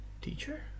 Teacher